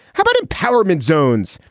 how about empowerment zones?